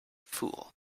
fool